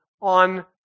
on